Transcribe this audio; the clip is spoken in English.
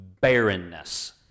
barrenness